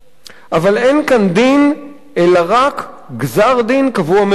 אבל אין כאן דין אלא רק גזר-דין קבוע מראש.